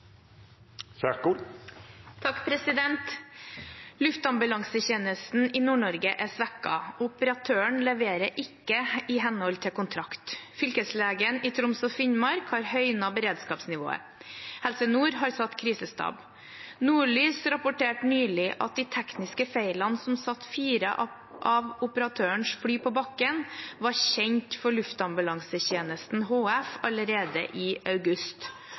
i Nord-Norge er svekket. Operatøren leverer ikke i henhold til kontrakt. Fylkeslegen i Troms og Finnmark har høynet beredskapsnivået. Helse Nord har satt krisestab. Nordlys rapporterte nylig at de tekniske feilene som satte fire av operatørens fly på bakken, var kjent for Luftambulansetjenesten HF allerede i august.